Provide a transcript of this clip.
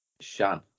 Shan